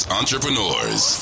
entrepreneurs